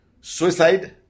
Suicide